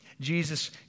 Jesus